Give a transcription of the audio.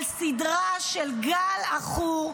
לסדרה של גל עכור,